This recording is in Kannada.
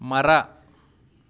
ಮರ